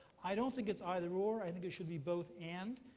i don't think it's either, or. i think it should be both, and.